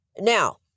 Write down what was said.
now